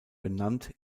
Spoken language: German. benannt